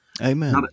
Amen